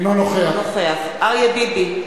נגד אריה ביבי,